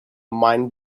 mind